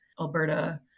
Alberta